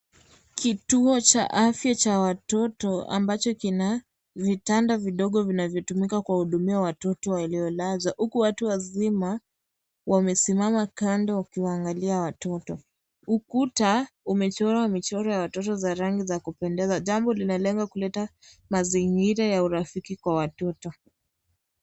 Kituo cha afya cha watoto, ambacho kina vitanda vidogo vinavyotumika kuwahudumia watoto waliolazwa, huku watu wazima wamesimama kando wakiwaangalia watoto. Ukuta umechorwa michoro ya watoto za rangi za kupendeza. Jambo linalenga kuleta mazingira ya urafiki kwa watoto.